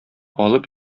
алып